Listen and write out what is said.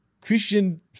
Christian